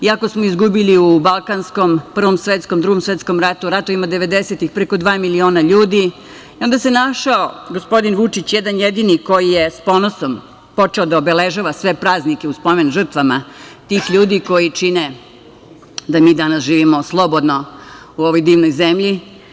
Iako smo izgubili u Balkanskom, Prvom i Drugom svetskom ratu, ratovima devedesetih preko dva miliona ljudi, našao se gospodin Vučić, jedan jedini koji je sa ponosom počeo da obeležava sve praznike u spomen žrtvama tih ljudi koji čine da mi danas živimo slobodno u ovoj divnoj zemlji.